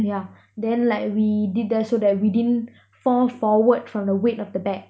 yeah then like we did that so that we didn't fall forward from the weight of the bag